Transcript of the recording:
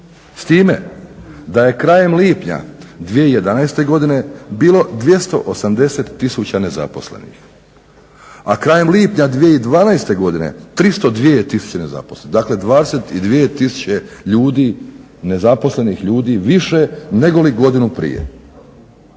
s time da je krajem lipnja 2011. godine bilo 280000 nezaposlenih, a krajem lipnja 2012. godine 302000 nezaposlenih. Dakle, 22000 ljudi nezaposlenih ljudi više nego godinu prije.